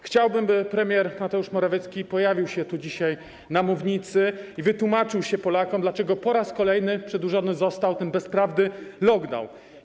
Chciałbym, by premier Mateusz Morawiecki pojawił się tu dzisiaj na mównicy i wytłumaczył się Polakom, dlaczego po raz kolejny przedłużony został ten bezprawny lockdown.